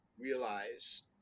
realize